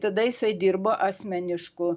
tada jisai dirbo asmenišku